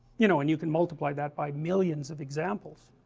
you know and you can multiply that by millions of examples